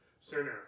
Center